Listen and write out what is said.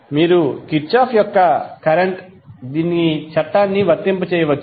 మీరు కిర్చోఫ్ యొక్క కరెంట్ దీనికి చట్టాన్ని వర్తింపజేయవచ్చు